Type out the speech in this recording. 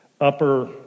Upper